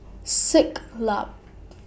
Siglap